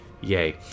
Yay